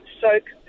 soak